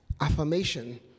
Affirmation